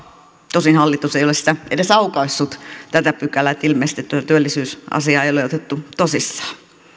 tosin hallitus ei ole tätä pykälää edes aukaissut että ilmeisesti työllisyysasiaa ei ole otettu tosissaan